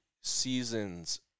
seasons